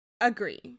Agree